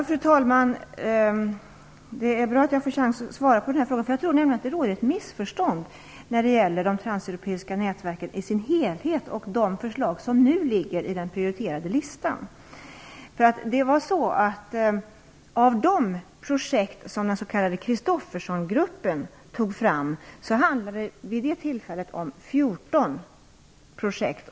Fru talman! Det är bra att jag får en chans att svara här. Jag tror nämligen att det råder ett missförstånd när det gäller det transeuropeiska nätverket i dess helhet samt de förslag som nu finns på den prioriterade listan. Av de projekt som den s.k. Christophersengruppen tog fram handlade det vid det aktuella tillfället om 14 projekt.